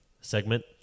segment